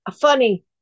funny